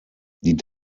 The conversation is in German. die